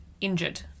injured